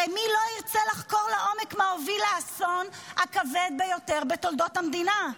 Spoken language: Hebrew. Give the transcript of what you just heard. הרי מי לא ירצה לחקור לעומק מי הוביל לאסון הכבד ביותר בתולדות המדינה?